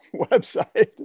website